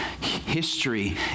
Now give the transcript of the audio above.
history